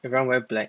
everyone wear black